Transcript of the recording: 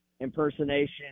impersonation